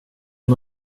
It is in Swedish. och